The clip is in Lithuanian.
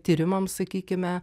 tyrimams sakykime